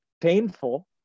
painful